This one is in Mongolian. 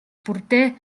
бүрдээ